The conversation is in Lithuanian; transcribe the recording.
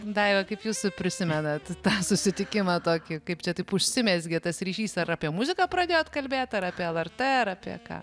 daiva kaip jūs prisimenat tą susitikimą tokį kaip čia taip užsimezgė tas ryšys ar apie muziką pradėjot kalbėt ar apie lrt ar apie ką